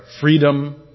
freedom